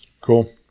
Cool